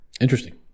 Interesting